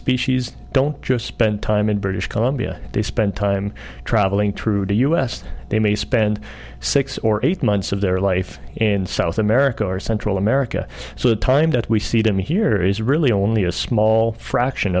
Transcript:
species don't just spent time in british columbia they spent time travelling true to us they may spend six or eight months of their life in south america or central america so the time that we see them here is really only a small fraction